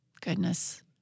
goodness